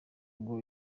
ngo